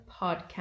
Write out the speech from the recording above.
Podcast